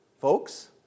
folks